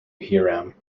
hiram